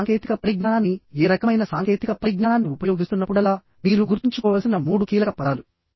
మీరు సాంకేతిక పరిజ్ఞానాన్ని ఏ రకమైన సాంకేతిక పరిజ్ఞానాన్ని ఉపయోగిస్తున్నప్పుడల్లా మీరు గుర్తుంచుకోవలసిన మూడు కీలక పదాలు